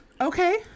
Okay